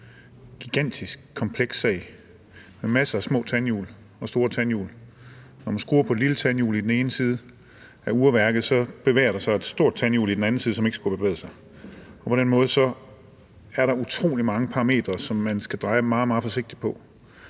en gigantisk, kompleks sag som et urværk med masser af små og store tandhjul. Når man skruer på et lille tandhjul i den ene side af urværket, bevæger der sig et stort tandhjul i den anden side, som ikke skulle have bevæget sig, og på den måde er der utrolig mange parametre, som man skal dreje meget, meget forsigtigt på.